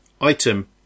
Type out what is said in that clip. Item